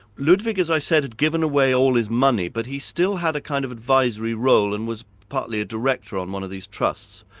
ludwig, as i said, had given away all his money, but he still had a kind of advisory role, and was partly a director on one of these trusts.